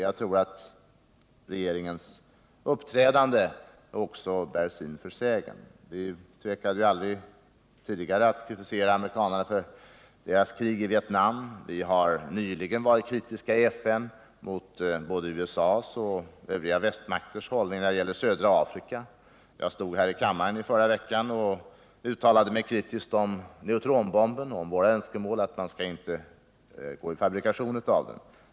Jag tror att regeringens uppträdande också bär syn för sägen. Vi tvekade aldrig tidigare att kritisera amerikanerna för deras krig i Vietnam. Vi har nyligen varit kritiska i FN mot både USA:s och övriga västmakters hållning när det gäller södra Afrika. Jag stod här i kammaren i förra veckan och uttalade mig kritiskt om neutronbomben och framförde våra önskemål om att man inte skulle igångsätta fabrikation av detta vapen.